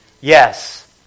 Yes